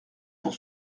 pour